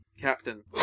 captain